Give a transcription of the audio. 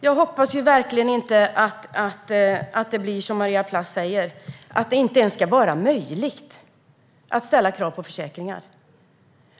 Herr talman! Jag hoppas verkligen att det inte blir som Maria Plass säger - att det inte ens ska vara möjligt att ställa krav på försäkringar.